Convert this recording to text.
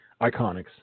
Iconics